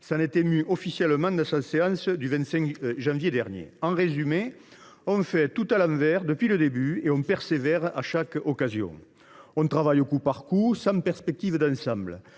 s’en est ému officiellement lors de sa séance du 25 janvier dernier. En résumé, on fait tout à l’envers depuis le début, et on persévère à chaque occasion ! On travaille au coup par coup, sans perspective d’ensemble.